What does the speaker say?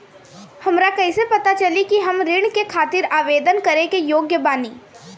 हमरा कइसे पता चली कि हम ऋण के खातिर आवेदन करे के योग्य बानी?